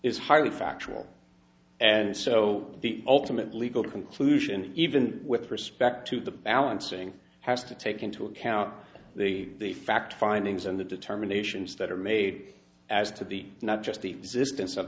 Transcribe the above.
is highly factual and so the ultimate legal conclusion even with respect to the balancing has to take into account the fact findings and the determinations that are made as to the not just the existence of